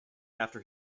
after